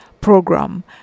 program